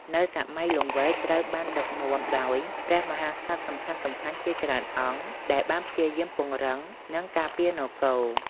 នៅសម័យលង្វែកត្រូវបានដឹកនាំដោយព្រះមហាក្សត្រសំខាន់ៗជាច្រើនអង្គ ដែលបានព្យាយាមពង្រឹង និងការពារនគរ។